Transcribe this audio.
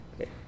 okay